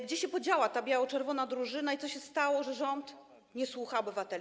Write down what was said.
Gdzie się podziała ta biało-czerwona drużyna i co się stało, że rząd nie słucha obywateli?